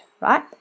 right